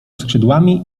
skrzydłami